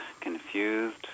confused